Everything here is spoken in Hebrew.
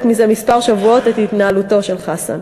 מזה מספר שבועות את התנהלותו של חסן.